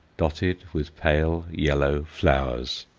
dotted with pale yellow flowers.